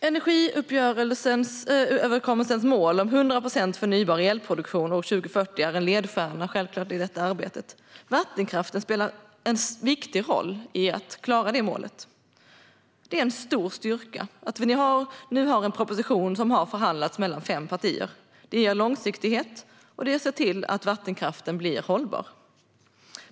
Energiöverenskommelsens mål om 100 procent förnybar elproduktion år 2040 är självklart en ledstjärna i detta arbete. Vattenkraften spelar en viktig roll i att klara detta mål. Det är en stor styrka att vi nu har en proposition som har förhandlats mellan fem partier. Det ger en långsiktighet, och det ser till att vattenkraften blir hållbar.